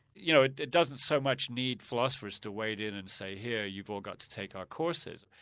you know it it doesn't so much need philosophers to wade in and say here, you've all got to take our courses.